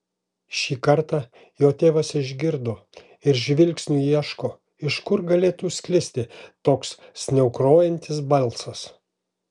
šį kartą jo tėvas išgirdo ir žvilgsniu ieško iš kur galėtų sklisti toks sniaukrojantis balsas